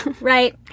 Right